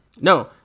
No